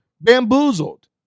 bamboozled